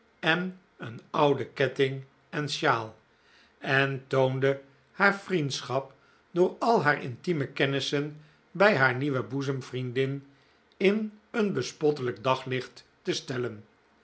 en een oude ketting en sjaal en toonde haar vriendschap door al haar intieme kennissen bij haar nieuwe boezemvriendin in een bespottelijk daglicht te stellen